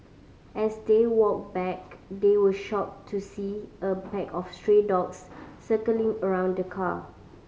as they walked back they were shocked to see a pack of stray dogs circling around the car